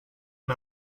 and